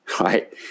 right